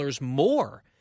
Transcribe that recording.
more